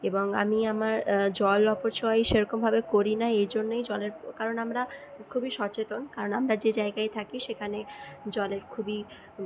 এবং আমি আমার জল অপচয় সেরকমভাবে করি না এইজন্যই জলের কারণ আমরা খুবই সচেতন কারণ আমরা যে জায়গায় থাকি সেখানে জলের খুবই